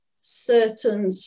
certain